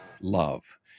love